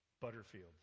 Butterfield